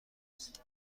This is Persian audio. است